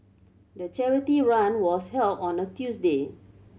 the charity run was held on a Tuesday